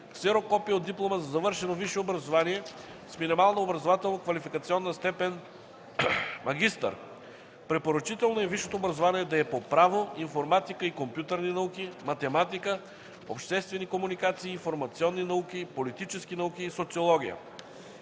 ксерокопие от диплома за завършено висше образование с минимална образователно-квалификационна степен „магистър”; препоръчително е висшето образование да е по право, информатика и компютърни науки, математика, обществени комуникации и информационни науки, политически науки и социология;